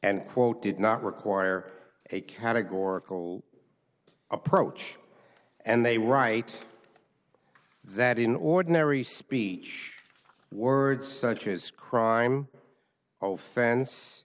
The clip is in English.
and quote did not require a categorical approach and they write that in ordinary speech words such as crime of fence